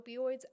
opioids